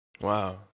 Wow